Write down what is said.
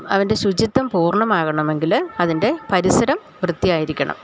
അവൻ്റെ ശുചിത്വം പൂർണ്ണമാകണമെങ്കില് അതിൻ്റെ പരിസരം വൃത്തിയായിരിക്കണം